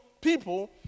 people